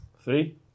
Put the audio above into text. Three